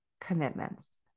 commitments